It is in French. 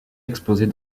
exposés